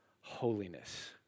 holiness